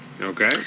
Okay